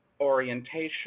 orientation